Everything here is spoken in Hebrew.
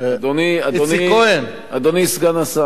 אדוני סגן השר,